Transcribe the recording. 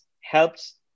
helps